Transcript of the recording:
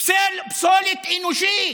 פסולת אנושית